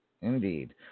indeed